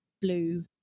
blue